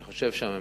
אני חושב שהממשלה